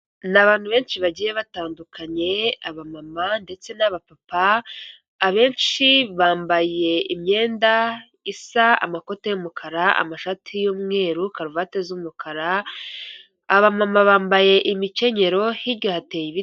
Ni abantu benshi bagiye batandukanye abamama ndetse n'abapapa, abenshi bambaye imyenda isa amakoti y'umukara, amashati y'umweru, karuvati z'umukara abamama bambaye imikenyero, hirya hateye ibiti.